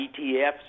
ETFs